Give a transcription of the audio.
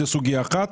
זאת סוגיה אחת.